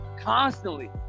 constantly